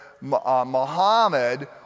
Muhammad